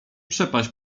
przepaść